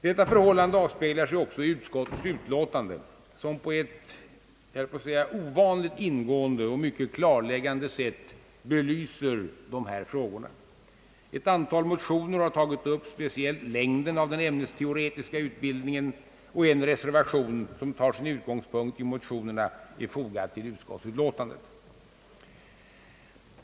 Detta förhållande avspeglar sig också i utskottets utlåtande, som på ett — jag höll på att säga ovanligt — ingående och mycket klarläggande sätt belyser dessa frågor. Ett antal motioner har tagit upp speciellt längden av den ämnesteoretiska utbildningen, och en reservation med utgångspunkt i motionerna är fogad till utskottsutlåtandet.